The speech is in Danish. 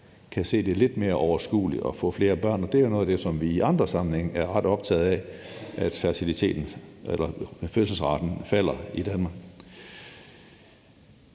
kan finde det lidt mere overskueligt at få flere børn, og det er jo noget af det, som vi i andre sammenhænge er ret optaget af, nemlig at fødselsraten falder i Danmark.